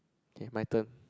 kay my turn